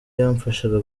yamfashije